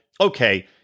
okay